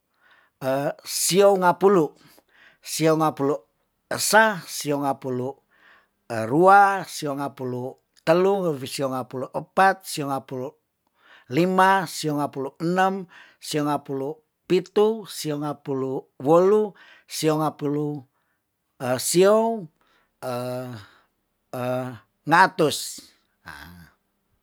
Siau ngapulu, siau ngapulu sa, siau ngapulu rua, siau ngapulu teluh, siau ngapulu epat, siau ngapulu lima, siau ngapulu enam, siau ngapulu pitu, siau ngapulu wolu, siau ngapulu sio, natus.